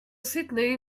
sydney